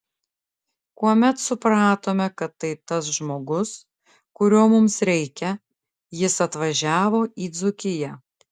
kuomet supratome kad tai tas žmogus kurio mums reikia jis atvažiavo į dzūkiją